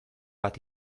bat